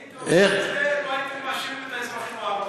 הייתי עושה את זה אם לא הייתם מאשימים את האזרחים הערבים.